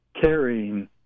carrying